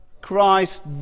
Christ